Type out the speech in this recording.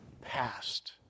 past